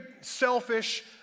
selfish